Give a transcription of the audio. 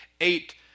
eight